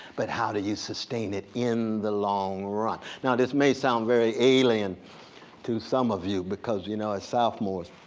but how do you sustain it in the long run? now this may sound very alien to some of you because you know as sophomores,